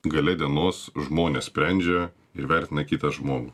gale dienos žmonės sprendžia ir vertina kitą žmogų